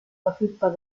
verfügbar